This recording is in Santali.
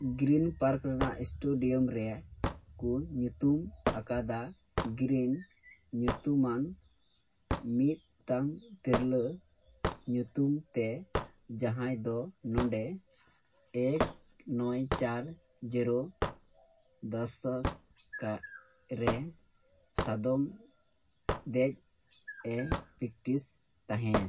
ᱜᱨᱤᱱ ᱯᱟᱨᱠ ᱨᱮᱭᱟᱜ ᱥᱴᱮᱰᱤᱭᱟᱢ ᱨᱮ ᱠᱚ ᱧᱩᱛᱩᱢ ᱟᱠᱟᱫᱟ ᱜᱨᱤᱱ ᱧᱩᱛᱩᱢᱟᱱ ᱢᱤᱫᱴᱟᱝ ᱛᱤᱨᱞᱟᱹ ᱧᱩᱛᱩᱢ ᱛᱮ ᱡᱟᱦᱟᱸᱭ ᱫᱚ ᱱᱚᱰᱮ ᱮᱹᱠ ᱱᱚᱭ ᱪᱟᱨ ᱡᱤᱨᱳ ᱫᱚᱥ ᱫᱚᱥ ᱠᱟᱜ ᱨᱮ ᱥᱟᱫᱚᱢ ᱫᱮᱡ ᱮ ᱯᱮᱠᱴᱤᱥ ᱛᱟᱦᱮᱸᱫ